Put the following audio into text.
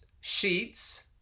Sheets